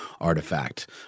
artifact